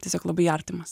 tiesiog labai artimas